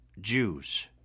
Jews